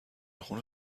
خون